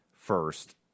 first